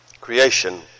creation